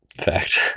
fact